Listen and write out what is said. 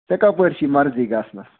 ژےٚ کَپٲرۍ چھِ مَرضی گژھنَس